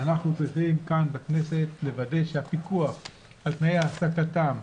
אנחנו צריכים כאן בכנסת לוודא שהפיקוח על תנאי העסקתם,